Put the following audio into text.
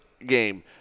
game